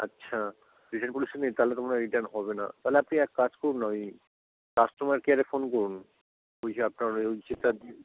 আচ্ছা return policy নেই তাহলে তো মনে হয় রির্টান হবে না তাহলে আপনি এক কাজ করুন না ওই কাস্টোমার কেয়ারে ফোন করুন ওই যে আপনার ওই যেটা দিয়ে